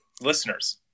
Listeners